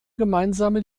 gemeinsame